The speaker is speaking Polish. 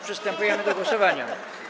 Przystępujemy do głosowania.